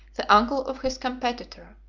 the uncle of his competitor.